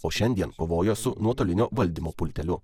o šiandien kovoja su nuotolinio valdymo pulteliu